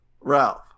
Ralph